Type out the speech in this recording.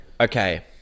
Okay